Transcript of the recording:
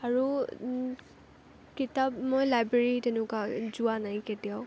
আৰু কিতাপ মই লাইব্ৰেৰী তেনেকুৱা যোৱা নাই কেতিয়াও